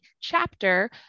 chapter